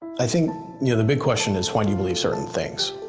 i think you know the big question is why do you believe certain things?